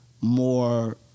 more